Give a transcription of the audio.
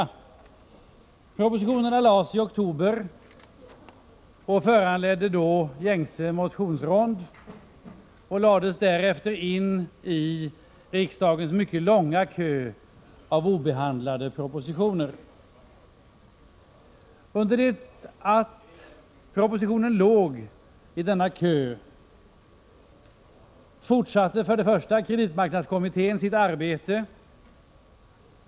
Den första propositionen överlämnades till riksdagen i oktober, och den föranledde då gängse motionsrond, varefter den lades in i riksdagens mycket långa kö av obehandlade propositioner. Under tiden propositionen låg i denna kö fortsatte kreditmarknadskommittén sitt arbete.